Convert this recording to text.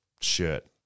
shirt